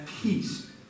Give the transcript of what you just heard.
peace